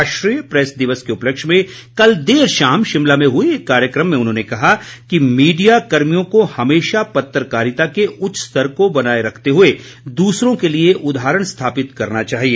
राष्ट्रीय प्रेस दिवस के उपलक्ष्य में कल देर शाम शिमला में हुए एक कार्यक्रम में उन्होंने कहा कि मीडिया कर्मियों को हमेशा पत्रकारिता के उच्च स्तर को बनाए रखते हुए दूसरों के लिए उदाहरण स्थापित करना चाहिए